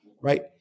right